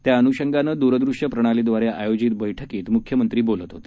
त्याअनुषंगानं दृरदृश्य प्रणालीद्वारे आयोजित बैठकीत मुख्यमंत्री बोलत होते